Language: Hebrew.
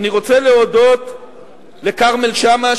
אני רוצה להודות לכרמל שאמה,